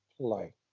play